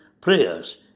prayers